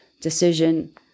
decision